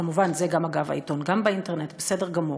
כמובן, העיתון גם באינטרנט, בסדר גמור.